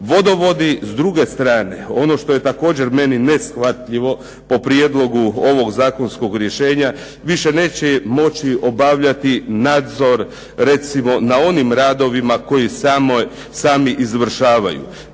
Vodovodi, s druge strane ono što je također meni neshvatljivo po prijedlogu ovog zakonskog rješenja, više neće moći obavljati nadzor recimo na onim radovima koji sami izvršavaju.